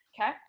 okay